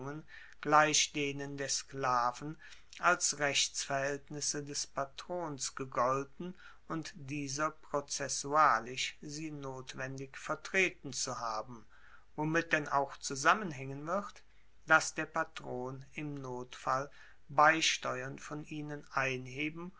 gleich denen der sklaven als rechtsverhaeltnisse des patrons gegolten und dieser prozessualisch sie notwendig vertreten zu haben womit denn auch zusammenhaengen wird dass der patron im notfall beisteuern von ihnen einheben